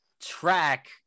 track